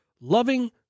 loving